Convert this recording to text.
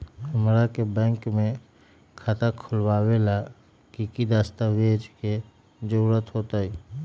हमरा के बैंक में खाता खोलबाबे ला की की दस्तावेज के जरूरत होतई?